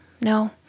no